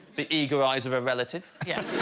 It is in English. the eager eyes of a relative. yeah